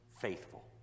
faithful